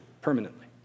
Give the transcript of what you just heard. permanently